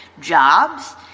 jobs